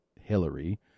Hillary